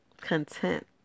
content